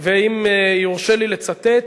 ואם יורשה לי לצטט: